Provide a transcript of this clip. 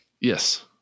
Yes